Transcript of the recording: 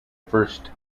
first